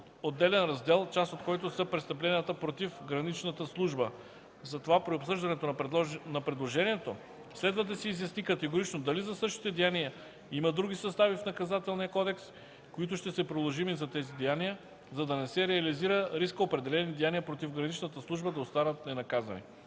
отделен раздел, част от който са престъпленията против граничната служба. Затова при обсъждането на предложението следва да се изясни категорично дали за същите деяния има други състави в Наказателния кодекс, които ще са приложими за тези деяния, за да не се реализира рискът определени деяния против граничната служба да останат ненаказани.